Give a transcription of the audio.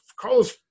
Carlos